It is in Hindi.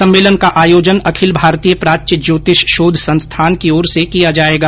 सम्मेलन का आयोजन अखिल भारतीय प्राच्य ज्योतिष शोध संस्थान की ओर से किया जायेगा